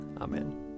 Amen